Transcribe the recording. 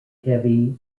heavy